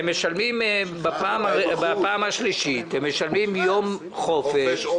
בפעם השלישית הם משלמים יום חופש.